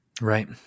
Right